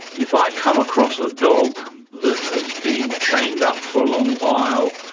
if i come across a dog that has been chained up for a long while,